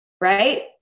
right